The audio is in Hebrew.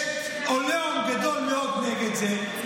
יש עליהום גדול מאוד נגד זה,